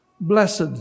blessed